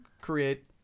create